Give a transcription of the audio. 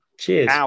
Cheers